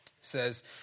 says